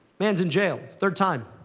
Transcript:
man's in jail third time.